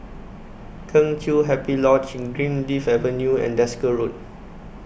Kheng Chiu Happy Lodge Greenleaf Avenue and Desker Road